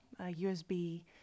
USB